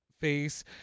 face